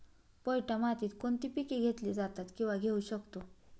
पोयटा मातीत कोणती पिके घेतली जातात, किंवा घेऊ शकतो?